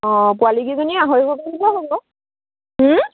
অঁ পোৱালীকেইজনী আঢ়ৈশকৈ দিলেও হ'ব